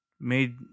made